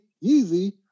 easy